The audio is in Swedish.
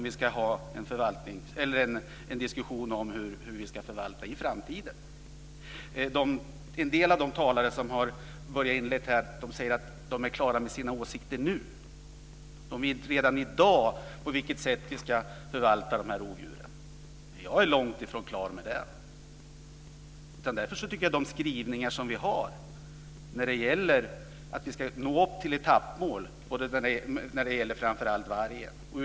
Vi ska ha en diskussion om hur vi ska förvalta dem i framtiden. En del av de tidigare talarna säger att de är klara med sina åsikter nu. De vet redan i dag på vilket sätt vi ska förvalta de här rovdjuren. Jag är långt ifrån klar med det. Därför tycker jag att de skrivningar som finns om att vi ska nå upp till etappmål när det framför allt gäller vargen är bra.